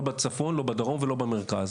לא בצפון, לא בדרום ולא במרכז.